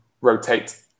rotate